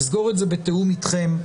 נסגור את זה בתיאום אתכם,